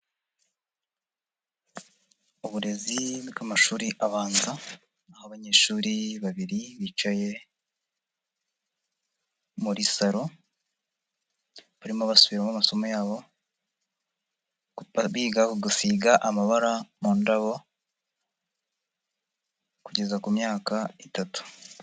Uburezi bw'amashuri abanza aho abanyeshuri babiri bicaye muri salo barimo basubiramo amasomo yabo, biga gusiga amabara mu ndabo kugeza ku myaka itatu.